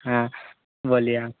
हॉं बोलिए आप